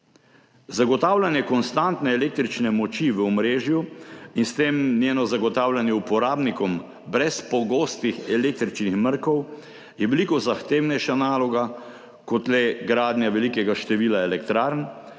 Zagotavljanje konstantne električne moči v omrežju in s tem njeno zagotavljanje uporabnikom brez pogostih električnih mrkov je veliko zahtevnejša naloga kot le gradnja velikega števila elektrarn,